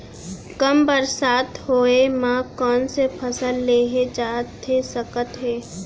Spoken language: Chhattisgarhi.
कम बरसात होए मा कौन से फसल लेहे जाथे सकत हे?